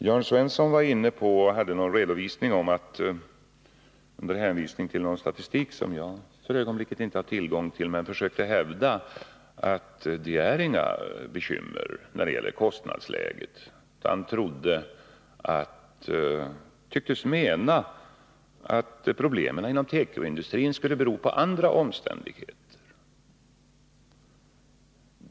Jörn Svensson redovisade någon statistik som jag för ögonblicket inte har tillgång till och försökte hävda att det inte finns några bekymmer när det gäller kostnadsläget. Han tycktes i stället mena att problemen inom tekoindustrin skulle bero på andra omständigheter.